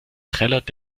trällert